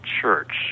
church